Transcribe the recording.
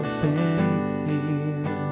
sincere